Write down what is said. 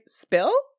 spill